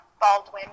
Baldwin